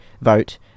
vote